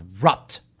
corrupt